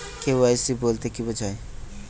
KYC বলতে কি বোঝায়?